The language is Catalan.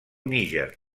níger